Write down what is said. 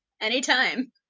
anytime